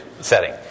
setting